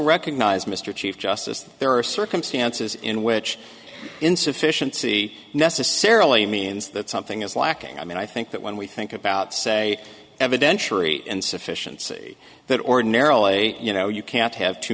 recognize mr chief justice that there are circumstances in which insufficiency necessarily means that something is lacking i mean i think that when we think about say evidentiary insufficiency that ordinarily you know you can't have too